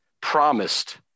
promised